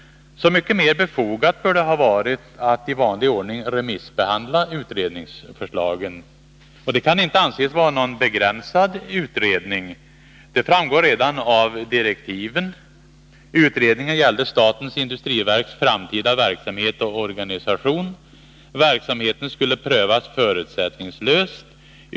Så mycket mer befogat bör det ha varit att i vanlig ordning remissbehandla utredningsförslagen. Det kan inte anses vara en begränsad utredning. Det framgår redan av direktiven. Utredningen gällde statens industriverks framtida verksamhet och organisation. Verksamheten skulle prövas förutsättningslöst.